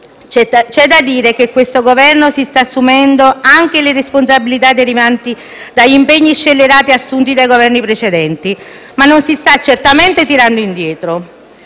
C'è da dire che questo Governo si sta assumendo anche le responsabilità derivanti dagli impegni scellerati assunti dai Governi precedenti; ma non si sta certamente tirando indietro.